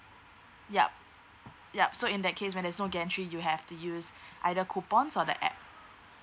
ya ya so in that case when there's no gantry you have to use either coupons or the app